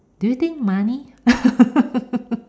do you think money